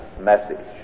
message